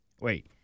Wait